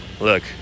Look